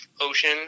ocean